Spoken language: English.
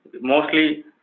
mostly